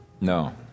No